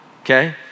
okay